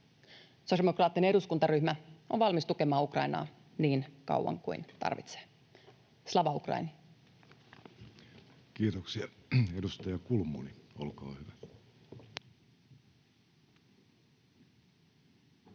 Sosiaalidemokraattinen eduskuntaryhmä on valmis tukemaan Ukrainaa niin kauan kuin tarvitsee. Slava Ukraini! [Speech 10] Speaker: Jussi Halla-aho